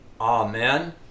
Amen